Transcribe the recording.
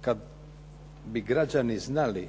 Kada bi građani znali